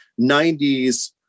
90s